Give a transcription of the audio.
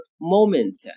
Moment